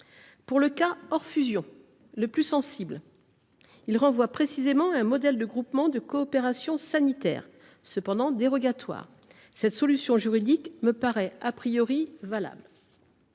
Pour le cas hors fusion – le plus sensible –, la disposition prévue renvoie précisément à un modèle de regroupement de coopération sanitaire, cependant dérogatoire. Cette solution juridique me paraît valable.